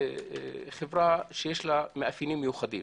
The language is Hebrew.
יש לה מאפיינים מיוחדים.